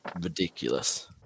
ridiculous